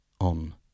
on